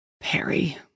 Perry